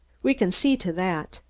we can see to that.